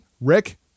Rick